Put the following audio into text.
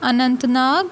Anant Nag